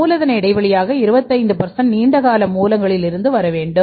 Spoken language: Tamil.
மூலதன இடைவெளியாக 25 நீண்ட கால மூலங்களிலிருந்து வர வேண்டும்